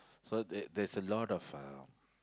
so there there's a lot of uh